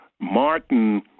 Martin